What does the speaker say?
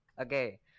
Okay